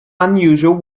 unusual